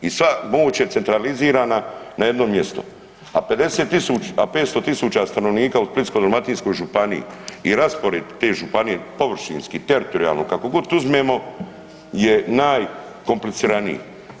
I sva moć je centralizirana na jedno mjesto, a 500 tisuća stanovnika u Splitsko-dalmatinskoj županiji i raspored te županije, površinski, teritorijalno, kako god uzmemo je najkompliciraniji.